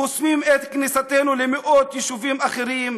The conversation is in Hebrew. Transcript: חוסמים את כניסתנו למאות יישובים אחרים,